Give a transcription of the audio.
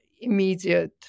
immediate